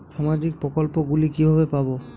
সামাজিক প্রকল্প গুলি কিভাবে পাব?